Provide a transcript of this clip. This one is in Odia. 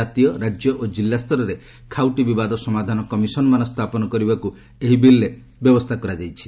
ଜାତୀୟ ରାଜ୍ୟ ଓ ଜିଲ୍ଲା ସ୍ତରରେ ଖାଉଟି ବିବାଦ ସମାଧାନ କମିଶନମାନ ସ୍ଥାପନ କରିବାକୁ ଏହି ବିଲ୍ରେ ବ୍ୟବସ୍ଥା ରହିଛି